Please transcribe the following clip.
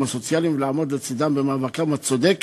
הסוציאליים ולעמוד לצדם במאבקם הצודק